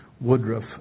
Woodruff